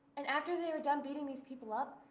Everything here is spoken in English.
and after they were done beating these people up,